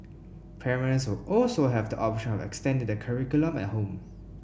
parents will also have the option of extending the curriculum at home